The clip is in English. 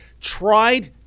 tried